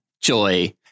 Joy